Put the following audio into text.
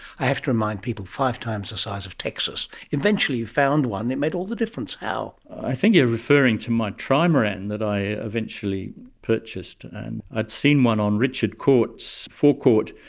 i have to remind people, five times the size of texas. eventually you found one and it made all the difference. how? i think you're referring to my trimaran that i eventually purchased. and i'd seen one on richard court's forecourt,